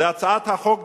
זו הצעת חוק,